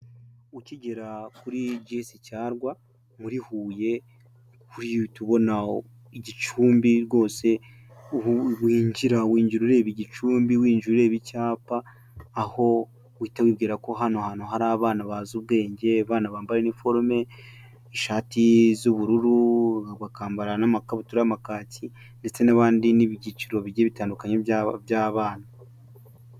Ukigera kuri G.S Cyarwa muri Huye uhita ubona igicumbi rwose winjira, winjira ureba igicumbi, winjira ureba icyapa aho uhita wibwira ko hano hantu hari abana bazi ubwenge, abana bambaye iniforume, ishati z'ubururu, bakambara n'amakabutura y'amakaki ndetse n'abandi n'ibyiciro bigiye bitandukanye by'abana.